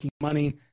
money